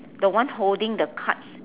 the one holding the cards